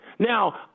Now